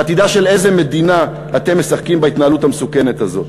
בעתידה של איזה מדינה אתם משחקים בהתנהלות המסוכנת הזאת?